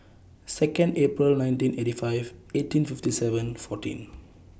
Second April nineteen eighty five eighteen fifty seven fourteen